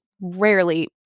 rarely